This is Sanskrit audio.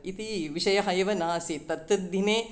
इति विषयः एव नासीत् तद्दिने